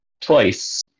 twice